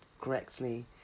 correctly